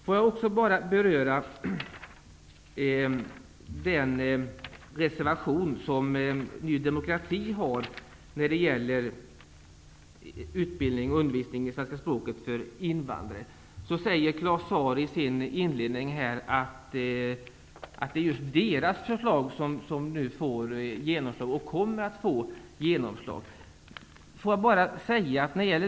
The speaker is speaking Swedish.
Vidare vill jag beröra Ny demokratis reservation om utbildning och undervisning i svenska språket för invandrare. Claus Zaar sade att just deras förslag kommer att få genomslag.